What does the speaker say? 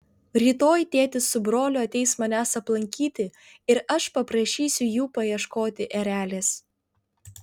rytoj tėtis su broliu ateis manęs aplankyti ir aš paprašysiu jų paieškoti erelės